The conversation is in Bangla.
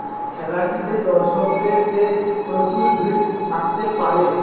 খেলাটিতে দর্শকদের দের প্রচুর ভিড় থাকতে পারে